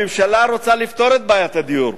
הממשלה רוצה לפתור את בעיית הדיור,